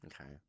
okay